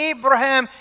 Abraham